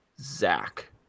Zach